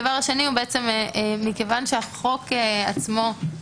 מכיוון שהחוק עצמו,